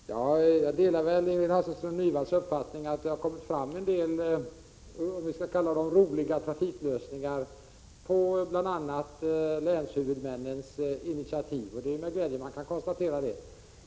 Herr talman! Jag delar Ingrid Hasselström Nyvalls uppfattning att det kommit fram en. del roliga trafiklösningar på bl.a. länshuvudmännens initiativ. Det är med glädje man kan konstatera detta.